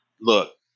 Look